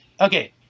okay